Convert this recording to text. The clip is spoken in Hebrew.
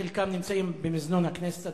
חלקם נמצאים במזנון הכנסת,